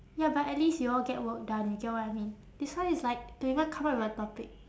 ya but at least y'all get work done you get what I mean this one is like they haven't even come up with a topic